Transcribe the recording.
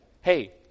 Hey